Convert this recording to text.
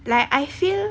like I feel